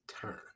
turn